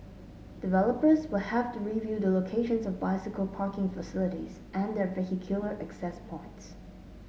developers will have to review the locations of bicycle parking facilities and their vehicular access points